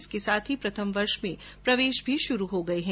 इसके साथ ही प्रथम वर्ष में प्रवेश भी शुरू हो गये हैं